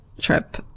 trip